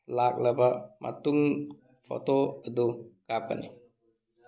ꯂꯥꯛꯂꯕ ꯃꯇꯨꯡ ꯐꯣꯇꯣ ꯑꯗꯨ ꯀꯥꯞꯀꯅꯤ